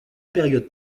période